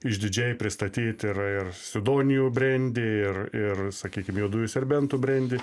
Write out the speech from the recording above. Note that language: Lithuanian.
išdidžiai pristatyt ir ir sidonijų brendį ir ir sakykim juodųjų serbentų brendį